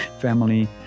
family